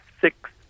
six